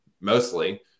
mostly